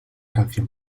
canción